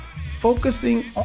focusing